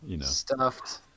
Stuffed